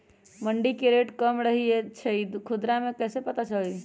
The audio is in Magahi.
मंडी मे रेट कम रही छई कि खुदरा मे कैसे पता चली?